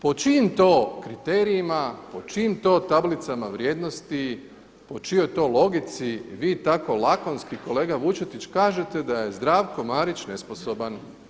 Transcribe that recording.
Po čijim to kriterijima, po čijim to tablicama vrijednosti, po čijoj to logici vi tako lakonski kolega Vučetić kažete da je Zdravko Marić nesposoban.